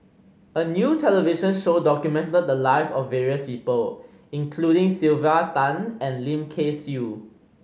a new television show documented the lives of various people including Sylvia Tan and Lim Kay Siu